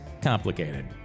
complicated